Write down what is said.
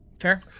Fair